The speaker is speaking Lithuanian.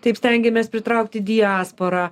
taip stengiamės pritraukti diasporą